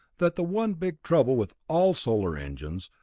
that the one big trouble with all solar engines,